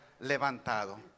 levantado